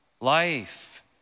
life